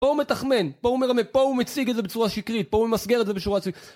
פה הוא מתחמן, פה הוא מרמה, פה הוא מציג את זה בצורה שקרית, פה הוא ממסגר את זה בצורה שקרית